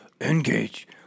Engage